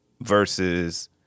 versus